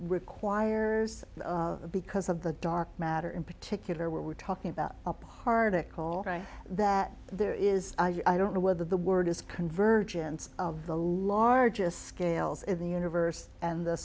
requires because of the dark matter in particular we're talking about a particle that there is i don't know where the word is convergence of the largest scales in the universe and the